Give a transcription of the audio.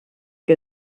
que